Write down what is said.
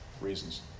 reasons